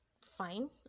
fine